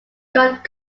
got